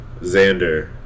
Xander